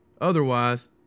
Otherwise